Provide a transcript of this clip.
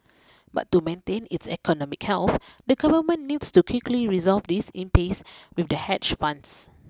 but to maintain its economic health the government needs to quickly resolve this impasse with the hedge funds